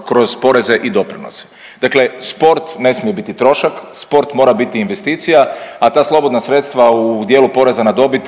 kroz poreze i doprinose. Dakle, sport ne smije biti trošak, sport mora biti investicija, a ta slobodna sredstva u dijelu poreza na dobit